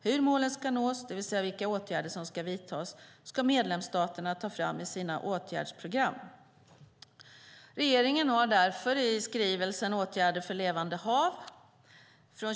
Hur målen ska nås, det vill säga vilka åtgärder som ska vidtas, ska medlemsstaterna ta fram i sina åtgärdsprogram. Regeringens skrivelse Åtgärder för levande hav , Skr.